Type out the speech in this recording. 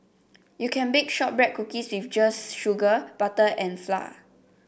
you can bake shortbread cookies just with sugar butter and flour